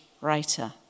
writer